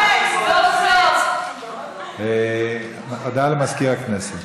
הודעה לסגן מזכירת הכנסת.